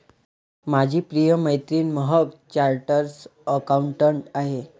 माझी प्रिय मैत्रीण महक चार्टर्ड अकाउंटंट आहे